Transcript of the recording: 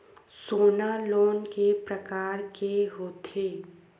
सोना लोन के प्रकार के होथे?